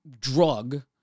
drug